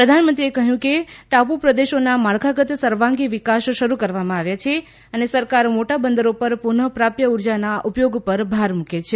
પ્રધાનમંત્રીએ કહ્યું કે ટાપુ પ્રદેશોના માળખાગત સર્વાંગી વિકાસ શરૂ કરવામાં આવ્યા છે અને સરકાર મોટા બંદરો પર પુનઃપ્રાપ્ય ઉર્જાના ઉપયોગ પર ભાર મૂકે છે